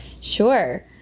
Sure